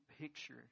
picture